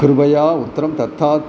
कृपया उत्तरं दत्तात्